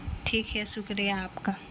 ٹھیک ہے شکریہ آپ کا